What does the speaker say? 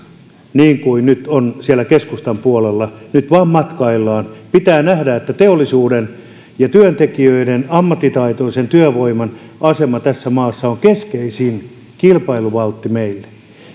niin kuin on nyt siellä keskustan puolella nyt vain matkaillaan pitää nähdä että teollisuuden ja työntekijöiden ammattitaitoisen työvoiman asema tässä maassa on keskeisin kilpailuvaltti meille